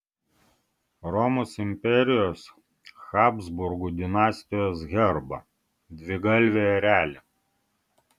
romos imperijos habsburgų dinastijos herbą dvigalvį erelį